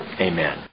Amen